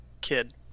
kid